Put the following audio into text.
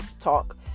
talk